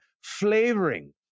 flavoring